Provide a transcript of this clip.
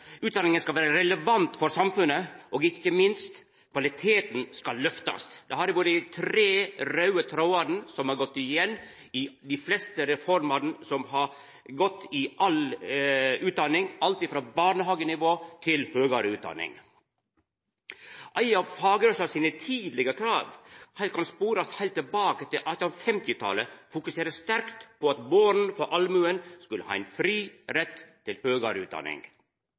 utdanninga skal vera relevant for samfunnet, og ikkje minst: Me skal løfta kvaliteten. Dette har vore dei tre raude trådane som har gått igjen i dei fleste reformene i all utdanning, alt frå barnehagenivå til høgare utdanning. Eitt av fagrørsla sine tidlege krav – som ein kan spora heilt tilbake til 1850-talet – fokuserte sterkt på at born frå allmugen skulle ha ein fri rett til høgare utdanning.